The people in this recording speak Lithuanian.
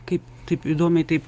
kaip taip įdomiai taip